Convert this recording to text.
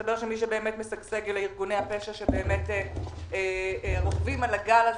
מסתבר שמי שבאמת משגשג אלה ארגוני הפשע שרוכבים על הגל הזה.